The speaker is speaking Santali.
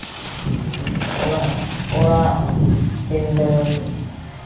ᱡᱮ ᱚᱲᱟᱜ ᱚᱲᱟᱜ ᱯᱤᱰᱟᱹ